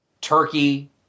Turkey